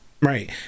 Right